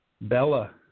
Bella